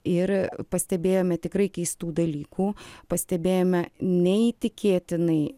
ir pastebėjome tikrai keistų dalykų pastebėjome neįtikėtinai